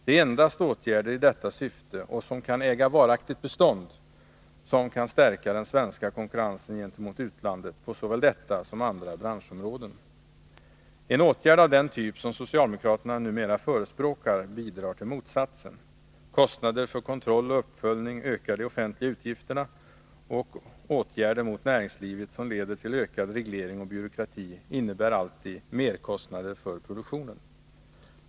Det är endast åtgärder i detta syfte och som kan äga varaktigt bestånd, som kan stärka den svenska konkurrensen gentemot utlandet på såväl detta som andra branschområden. En åtgärd av den typ som socialdemokraterna numera förespråkar bidrar till motsatsen. Kostnader för kontroll och uppföljning ökar de offentliga utgifterna, och åtgärder mot näringslivet som leder till ökad reglering och byråkrati innebär alltid merkostnader för produktionen.